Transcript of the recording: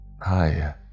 Hi